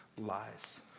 lies